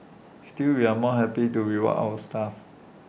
still we are more happy to reward our staff